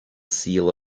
seal